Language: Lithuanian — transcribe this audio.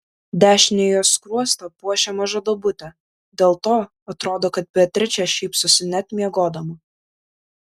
dešinįjį jos skruostą puošia maža duobutė dėl to atrodo kad beatričė šypsosi net miegodama